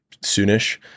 soonish